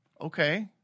Okay